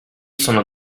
sono